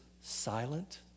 silent